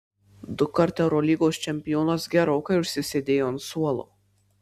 dukart eurolygos čempionas gerokai užsisėdėjo ant suolo